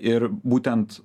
ir būtent